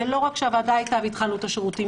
זה לא רק שהוועדה הייתה והתחלנו את השירותים.